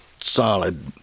solid